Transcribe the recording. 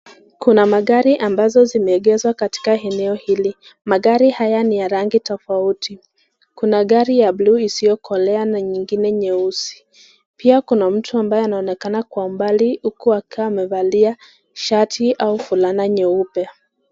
Kuna magari ambazo zimeegezwa katika eneo hili magari haya ni ya rangi tofauti kuna gari ya buluu isiyokolea na nyingine nyeusi pia kuna mtu ambaye anaonekana kwa umbali huku akiwa amevalia shati au fulana nyeupe.